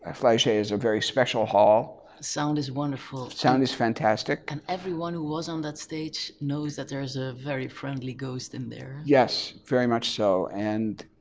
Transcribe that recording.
ah flagey a is a very special hall. the sound is wonderful. sound is fantastic. and everyone who was on that stage knows that there is a very friendly ghost in there. yes, very much so. and